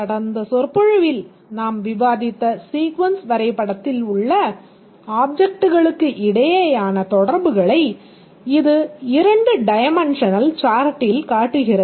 கடந்த சொற்பொழிவில் நாம் விவாதித்த சீக்வென்ஸ் வரைபடத்தில் உள்ள ஆப்ஜெக்ட்களுக்கிடையேயான தொடர்புகளை இது 2 டைமென்ஷனல் சார்ட்டில் காட்டுகிறது